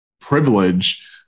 privilege